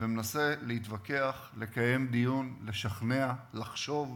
ומנסה להתווכח, לקיים דיון, לשכנע, לחשוב.